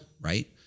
Right